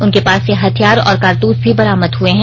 उनके पास से हथियार और कारतूस भी बरामद हुये हैं